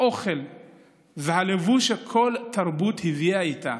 האוכל והלבוש שכל תרבות הביאה איתה,